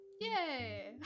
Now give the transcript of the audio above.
Yay